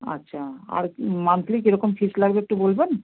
আচ্ছা আর মান্থলি কী রকম ফিজ লাগবে একটু বলবেন